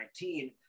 2019